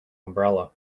umbrella